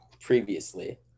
previously